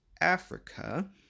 Africa